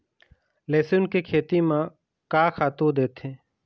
लेसुन के खेती म का खातू देथे?